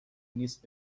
نیست